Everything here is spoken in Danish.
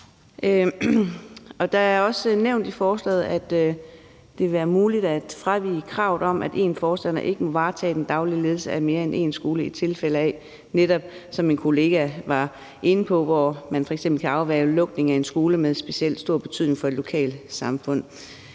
Det er også nævnt i forslaget, at det vil være muligt at fravige kravet om, at en forstander ikke må varetage den daglige ledelse af mere end én skole, i tilfælde af, netop som min kollega var inde på, at man f.eks. kan afværge lukning af en skole med specielt stor betydning for et lokalsamfund.